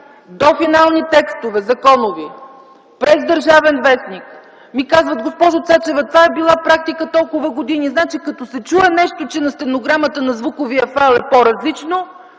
до „Финални законови текстове”, през “Държавен вестник” ми казват - госпожо Цачева, това е била практика толкова години. Като се чуе нещо, че на стенограмата, на звуковия файл е нещо по-различно,